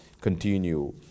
continue